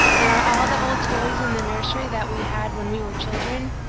there are all the old toys in the nursery that we had when we were children,